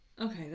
okay